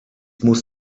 muss